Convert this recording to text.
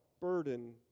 burden